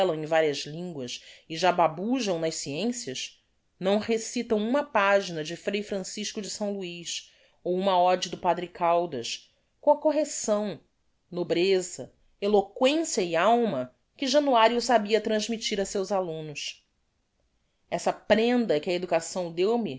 em varias linguas e já babujam nas sciencias não recitam uma pagina de frei francisco de s luiz ou uma ode do padre caldas com a correcção nobreza eloquencia e alma que januario sabia transmittir á seus alumnos essa prenda que a educação deu-me